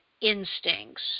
instincts